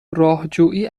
راهجویی